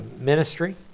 ministry